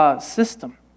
system